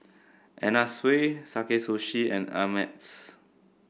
Anna Sui Sakae Sushi and Ameltz